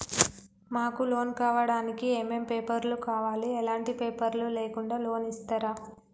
మాకు లోన్ కావడానికి ఏమేం పేపర్లు కావాలి ఎలాంటి పేపర్లు లేకుండా లోన్ ఇస్తరా?